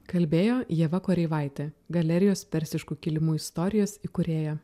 kalbėjo ieva kareivaitė galerijos persiškų kilimų istorijos įkūrėja